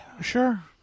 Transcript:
sure